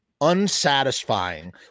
unsatisfying